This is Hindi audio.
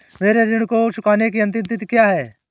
मेरे ऋण को चुकाने की अंतिम तिथि क्या है?